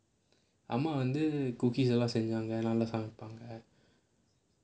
அம்மா வந்து:amma vanthu cookies லாம் செஞ்சு வேற எதாது சமைப்பாங்க:laam senju vera ethaathu samaipaanga